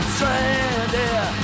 Stranded